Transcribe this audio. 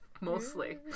Mostly